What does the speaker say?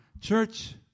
Church